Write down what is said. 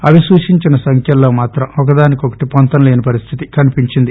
అవి సూచించిన సంఖ్యల్లో మాత్రం ఒకదానికోకటి పొంతన లేని పరిస్థితి కనిపించింది